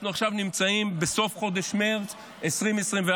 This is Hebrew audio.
אנחנו עכשיו נמצאים בסוף חודש מרץ 2024,